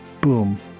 boom